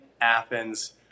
Athens